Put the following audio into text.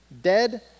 dead